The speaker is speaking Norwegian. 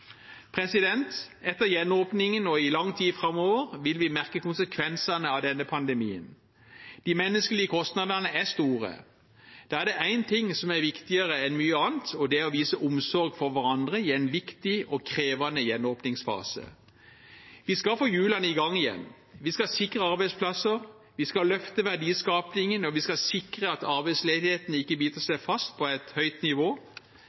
Etter gjenåpningen og i lang tid framover vil vi merke konsekvensene av denne pandemien. De menneskelige kostnadene er store. Da er det én ting som er viktigere enn mye annet, og det er å vise omsorg for hverandre i en viktig og krevende gjenåpningsfase. Vi skal få hjulene i gang igjen, vi skal sikre arbeidsplasser, vi skal løfte verdiskapingen, og vi skal sikre at arbeidsledigheten ikke biter seg fast på et høyt nivå.